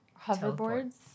Hoverboards